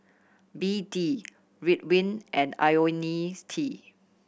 B D Ridwind and Ionil's T